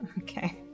Okay